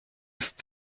ist